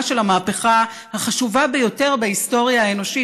בעיצומה של המהפכה החשובה ביותר בהיסטוריה האנושית,